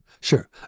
Sure